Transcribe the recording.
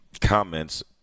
comments